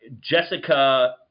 Jessica